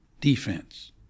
defense